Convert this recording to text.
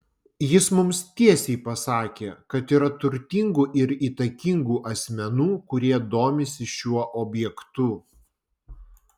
jis mums tiesiai pasakė kad yra turtingų ir įtakingų asmenų kurie domisi šiuo objektu